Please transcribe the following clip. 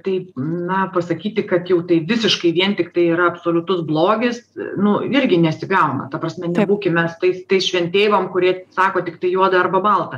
taip na pasakyti kad jau tai visiškai vien tiktai yra absoliutus blogis nu irgi nesigauna ta prasme nebūkim mes tais tais šventeivom kurie sako tiktai juoda arba balta